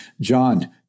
John